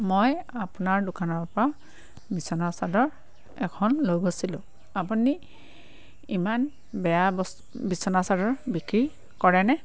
মই আপোনাৰ দোকানৰপৰা বিছনাচাদৰ এখন লৈ গৈছিলোঁ আপুনি ইমান বেয়া বস্তু বিছনাচাদৰ বিক্ৰী কৰেনে